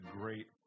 great